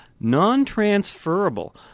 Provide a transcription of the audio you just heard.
non-transferable